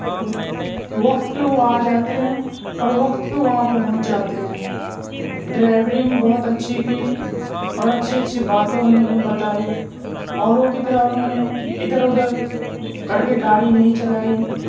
وقت پہ وہ آ جاتے ہیں اور وقت پہ وہاں پہنچ جاتے ہیں ڈرائیورنگ بہت اچھی کی اور اچھی اچھی باتوں انہوں نے بتائی اوروں کی طرح انہوں نے ادھر ادھر کر کے گاڑی نہیں چلائی